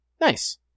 Nice